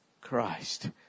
Christ